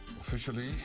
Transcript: Officially